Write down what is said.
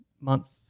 month